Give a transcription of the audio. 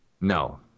No